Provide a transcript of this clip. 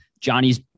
Johnny's